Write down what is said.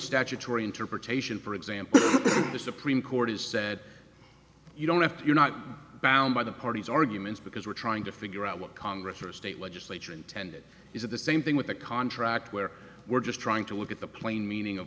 statutory interpretation for example the supreme court has said you don't have to you're not bound by the party's arguments because we're trying to figure out what congress or state legislature intended is it the same thing with the contract where we're just trying to look at the plain meaning of